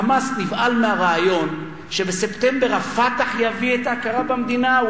ה"חמאס" נבהל מהרעיון שבספטמבר ה"פתח" יביא את ההכרה במדינה.